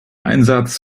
einsatz